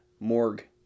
morgue